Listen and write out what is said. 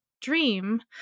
dream